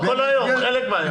לא כל היום, חלק מהיום.